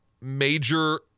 major